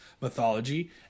mythology